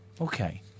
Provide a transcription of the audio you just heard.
Okay